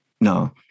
no